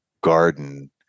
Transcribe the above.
garden